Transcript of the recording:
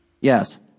Yes